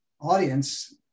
audience